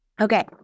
Okay